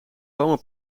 bloemen